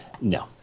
No